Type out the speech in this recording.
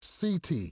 CT